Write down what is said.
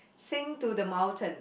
sing to the mountain